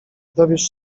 dowiesz